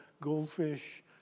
Goldfish